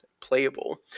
playable